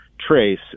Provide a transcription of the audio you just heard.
trace